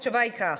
התשובה היא כך: